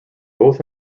both